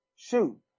Shoot